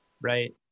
Right